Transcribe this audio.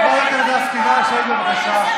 חברת הכנסת לסקי, נא לשבת בבקשה.